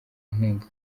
nkunga